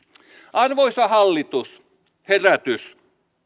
arvoisa hallitus herätys